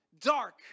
dark